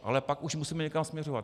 Ale pak už musíme někam směřovat.